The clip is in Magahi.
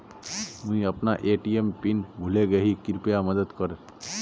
मुई अपना ए.टी.एम पिन भूले गही कृप्या मदद कर